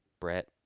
Brett